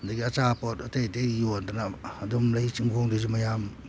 ꯑꯗꯒꯤ ꯑꯆꯥꯄꯣꯠ ꯑꯇꯩ ꯑꯇꯩ ꯌꯣꯟꯗꯅ ꯑꯗꯨꯝ ꯂꯩ ꯆꯤꯡꯒꯣꯡꯗꯁꯨ ꯃꯌꯥꯝ